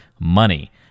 money